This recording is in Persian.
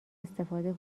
استفاده